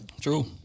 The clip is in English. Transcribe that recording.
True